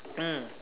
mm